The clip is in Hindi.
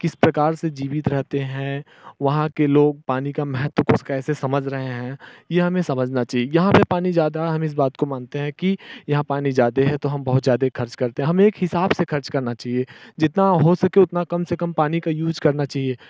किस प्रकार से जीवित रहते हैं वहाँ के लोग पानी का महत्व को कैसे समझ रहे हैं ये हमें समझना चाहिए यहाँ पे पानी ज़्यादा है हम इस बात को मानते हैं कि यहाँ पानी ज़्यादा है तो हम बहुत ज़्यादा खर्च करते हैं हमें एक हिसाब से खर्च करना चाहिए जितना हो सके उतना कम से कम पानी का यूज करना चाहिए